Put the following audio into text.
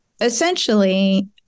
essentially